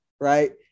Right